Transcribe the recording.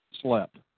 slept